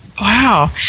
Wow